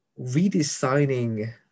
redesigning